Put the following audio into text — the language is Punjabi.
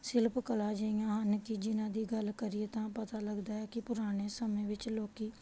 ਸ਼ਿਲਪਕਲਾ ਅਜਿਹੀਆਂ ਹਨ ਕਿ ਜਿਹਨਾਂ ਦੀ ਗੱਲ ਕਰੀਏ ਤਾਂ ਪਤਾ ਲੱਗਦਾ ਹੈ ਕਿ ਪੁਰਾਣੇ ਸਮੇਂ ਵਿੱਚ ਲੋਕ